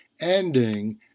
ending